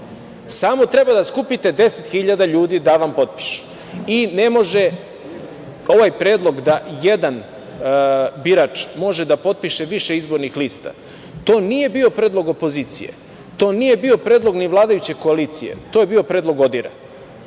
samo treba da skupite deset hiljada ljudi da vam potpišu i ne može ovaj predlog da jedan birač može da potpiše više izbornih lista. To nije bio predlog opozicije. To nije bio predlog ni vladajuće koalicije, to je bio predlog ODIR-a.